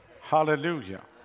Hallelujah